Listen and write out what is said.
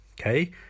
okay